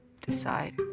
decide